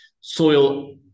soil